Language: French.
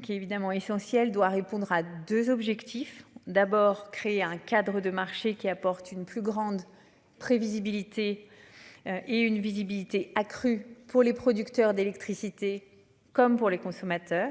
Qui est évidemment essentiel doit répondre à 2 objectifs d'abord créer un cadre de marché qui apporte une plus grande prévisibilité. Et une visibilité accrue pour les producteurs d'électricité, comme pour les consommateurs.